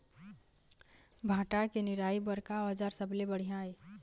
भांटा के निराई बर का औजार सबले बढ़िया ये?